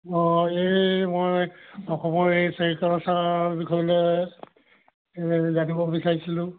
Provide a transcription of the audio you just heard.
অঁ এই মই অসমৰ বিষয়ে জানিব বিচাৰিছিলোঁ